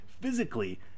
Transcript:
physically